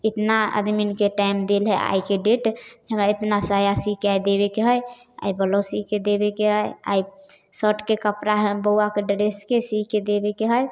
एतना आदमीनके टाइम देल हइ आइके डेट हमरा इतना साया सीके देबेके हइ आइ ब्लाउज सीके देबेके हइ आइ शर्टके कपड़ा हइ बौआके ड्रेसके सीके देबेके हइ